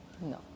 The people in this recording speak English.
No